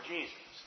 Jesus